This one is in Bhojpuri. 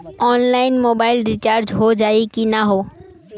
ऑनलाइन मोबाइल रिचार्ज हो जाई की ना हो?